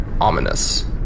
ominous